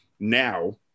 Now